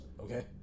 Okay